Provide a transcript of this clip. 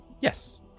Yes